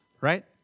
right